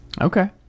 Okay